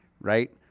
Right